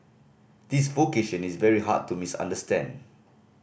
this vocation is very hard to misunderstand